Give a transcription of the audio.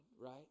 right